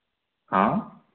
हाँ